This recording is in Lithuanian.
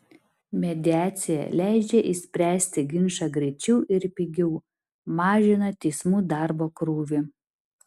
mediacija leidžia išspręsti ginčą greičiau ir pigiau mažina teismų darbo krūvį